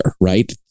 right